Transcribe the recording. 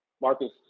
marcus